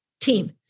team